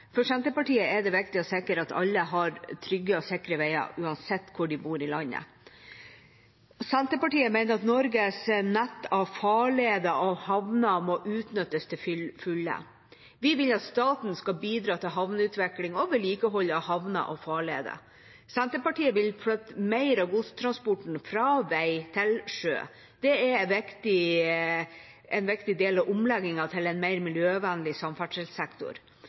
For Senterpartiet er det viktig å sikre at alle har trygge og sikre veier, uansett hvor de bor i landet. Senterpartiet mener at Norges nett av farleder og havner må utnyttes til fulle. Vi vil at staten skal bidra til havneutvikling og vedlikehold av havner og farleder. Senterpartiet vil flytte mer av godstransporten fra vei til sjø. Dette er en viktig del av omleggingen til en mer miljøvennlig samferdselssektor.